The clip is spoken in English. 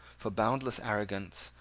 for boundless arrogance,